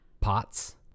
pots